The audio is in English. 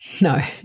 No